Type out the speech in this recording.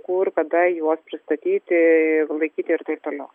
kur kada juos pristatyti laikyti ir taip toliau